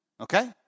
Okay